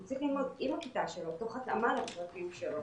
הוא צריך ללמוד עם הכיתה שלו תוך התאמה לצרכים שלו.